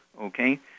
Okay